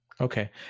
Okay